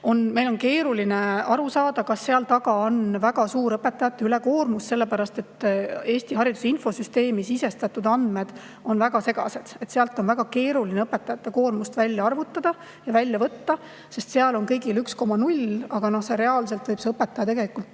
meil on keeruline aru saada, kas seal taga on väga suur õpetajate ülekoormus, sellepärast et Eesti hariduse infosüsteemi sisestatud andmed on väga segased. Sealt on väga keeruline õpetajate koormust välja võtta ja arvutada, sest seal on kõigil [koormus] 1,0, aga reaalselt võib õpetaja tegelikult